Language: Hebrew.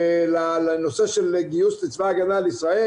לנושא של גיוס לצבא הגנה לישראל.